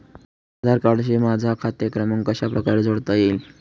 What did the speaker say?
आधार कार्डशी माझा खाते क्रमांक कशाप्रकारे जोडता येईल?